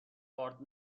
ارد